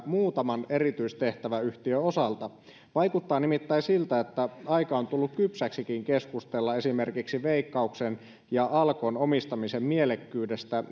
muutaman erityistehtäväyhtiön osalta vaikuttaa nimittäin siltä että aika on tullut kypsäksikin keskustella esimerkiksi veikkauksen ja alkon omistamisen mielekkyydestä